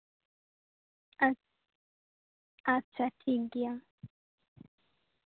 ᱟᱪᱪᱷᱟ ᱟᱪᱪᱷᱟ ᱴᱷᱤᱠ ᱜᱮᱭᱟ